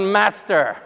master